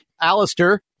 Alistair